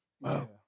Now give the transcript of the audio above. Wow